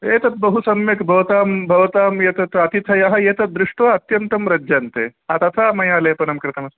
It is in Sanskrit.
एतद् बहु सम्यक् भवतां भवतां एतत् अतिथयः एतत् दृष्ट्वा अत्यन्तं रज्जन्ते तथा मया लेपनं कृतमस्ति